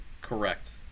Correct